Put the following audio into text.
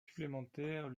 supplémentaires